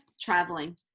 traveling